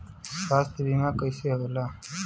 स्वास्थ्य बीमा कईसे होला?